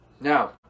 now